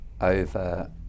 over